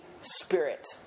Spirit